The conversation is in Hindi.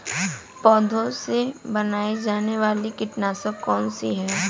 पौधों से बनाई जाने वाली कीटनाशक कौन सी है?